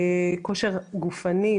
כושר גופני,